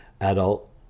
adult